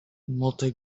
multi